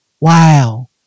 Wow